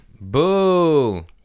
boo